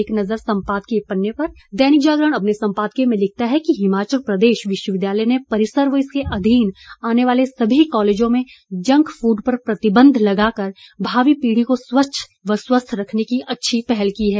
एक नजर संपादकीय पन्ने पर दैनिक जागरण अपने संपादकीय में लिखता है कि हिमाचल प्रदेश विश्वविद्यालय ने परिसर व इसके अधीन आने वाले सभी कालेजों में जंक फूड पर प्रतिबंध लगाकर भावी पीढ़ी को स्वस्थ रखने की अच्छी पहल की है